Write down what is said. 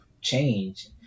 change